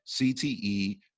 CTE